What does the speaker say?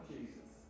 Jesus